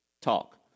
talk